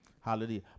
Hallelujah